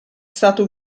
stato